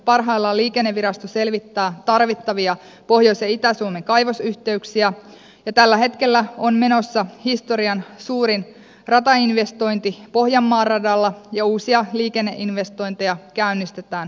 parhaillaan liikennevirasto selvittää tarvittavia pohjois ja itä suomen kaivosyhteyksiä ja tällä hetkellä on menossa historian suurin ratainvestointi pohjanmaan radalla ja uusia liikenneinvestointeja käynnistetään pohjoisessa